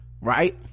right